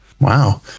wow